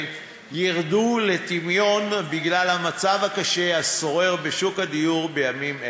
ירדו לטמיון בגלל המצב הקשה השורר בשוק הדיור בימים אלו.